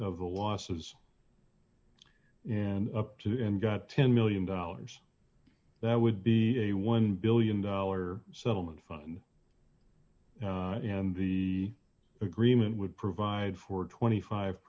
of the losses and up to and got ten million dollars that would be a one billion dollars settlement and the agreement would provide for twenty five